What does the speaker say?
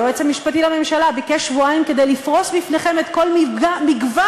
היועץ המשפטי לממשלה ביקש שבועיים כדי לפרוס בפניכם את כל המגוון,